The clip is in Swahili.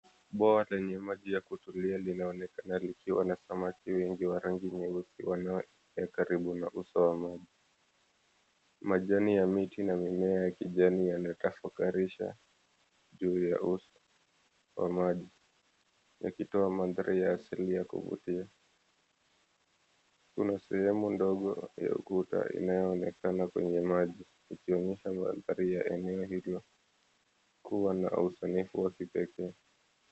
Bwawa lenye maji ya kutulia linaonekana likiwa na samaki wengi wa rangi nyeusi wanaoogelea karibu na uso wa maji. Majani ya miti na mimea kijani yanayotafakarisha juu ya uso wa maji, yakitoa mandhari ya asili ya kuvutia. Kuna sehemu ndogo ya ukuta inayoonekana kwenye maji, ikionyesha mandhari ya eneo hilo kuwa na usanifu wa kipekee.